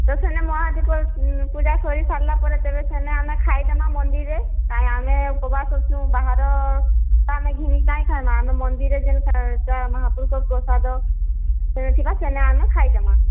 ତ ସେନେ ମହାଦୀପ ପୂଜା ସରି ସାରିଲା ପରେ ତେବେ ସେନେ ଆମେ ଖାଇଦେମା ମନ୍ଦିରରେ କାଇଁ ଆମେ ଉପବାସ ଅଛୁ ବାହାର ତ ଆମେ ଘିନି କାଇଁ ଖାଇବା ଆମେ ମନ୍ଦିର ଯେନ ମହାପୁରଙ୍କ ପ୍ରସାଦ ମିଳୁଥିବା ସେନେ ଆମେ ଖାଇଦେମା